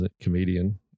comedian